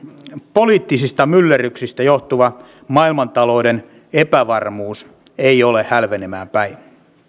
poliittisista myllerryksistä johtuva maailmantalouden epävarmuus ei ole hälvenemään päin